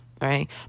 right